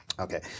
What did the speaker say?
okay